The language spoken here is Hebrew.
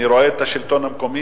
אני רואה את השלטון המקומי,